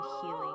healing